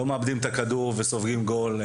לא מאבדים את הכדור וסופגים גול,